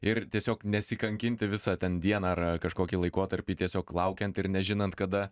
ir tiesiog nesikankinti visą ten dieną ar kažkokį laikotarpį tiesiog laukiant ir nežinant kada